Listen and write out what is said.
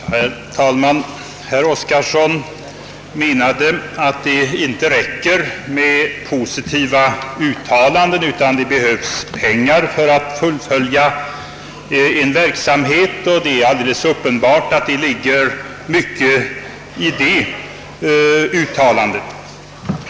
Herr talman! Herr Oskarson menade att det inte räcker med positiva uttalanden, utan att det också behövs pengar för att fullfölja verksamheten. Uppenbarligen ligger det mycket i ett sådant uttalande.